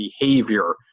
behavior